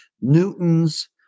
Newton's